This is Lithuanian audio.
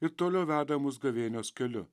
ir toliau veda mus gavėnios keliu